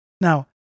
Now